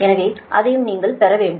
எனவே அதையும் நீங்கள் பெற வேண்டும்